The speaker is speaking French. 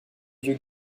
vieux